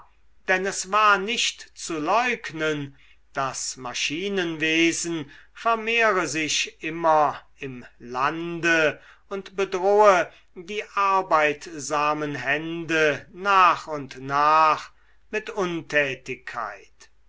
denn es war nicht zu leugnen das maschinenwesen vermehre sich immer im lande und bedrohe die arbeitsamen hände nach und nach mit untätigkeit